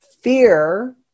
fear